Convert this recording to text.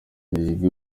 yige